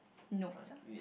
notes ah